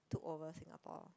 took over Singapore